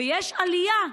ויש עלייה.